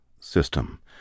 system